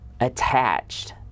attached